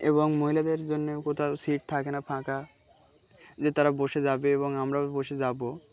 এবং মহিলাদের জন্যে কোথাও সিট থাকে না ফাঁকা যে তারা বসে যাবে এবং আমরাও বসে যাবো